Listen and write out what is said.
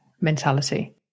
mentality